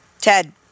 Ted